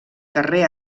carrer